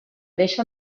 deixa